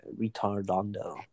retardando